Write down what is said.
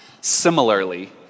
similarly